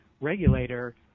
regulator